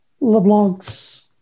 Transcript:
LeBlanc's